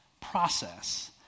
process